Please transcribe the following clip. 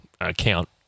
account